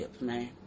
man